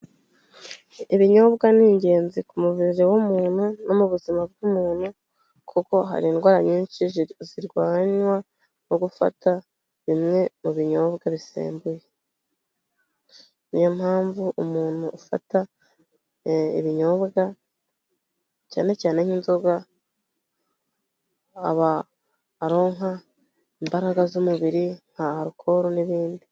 Ibinyobwa ni ingenzi ku mubiri w'umuntu no mu buzima bw'umuntu kuko hari indwara nyinshi zirwanywa no gufata bimwe mu binyobwa bisembuye. Niyo mpamvu umuntu afata ibinyobwa cyane cyane nk'inzoga aba aronka imbaraga z'umubiri nka alcol n'ibindi.